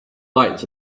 lights